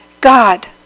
God